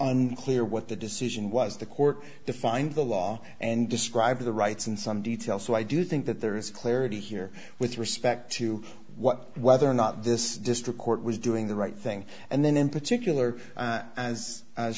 unclear what the decision was the court defined the law and describe the rights in some detail so i do think that there is clarity here with respect to what whether or not this district court was doing the right thing and then in particular